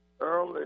early